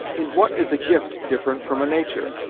in what is a gift different from a nature?